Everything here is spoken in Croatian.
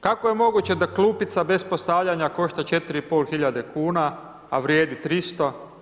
Kako je moguće da klupica bez postavljanja košta 4.500,00 kn, a vrijedi 300?